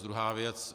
Druhá věc.